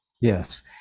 Yes